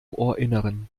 ohrinneren